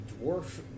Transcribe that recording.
Dwarf